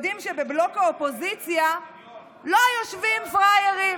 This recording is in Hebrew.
יודעים שבבלוק האופוזיציה לא יושבים פראיירים.